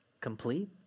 Complete